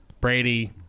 Brady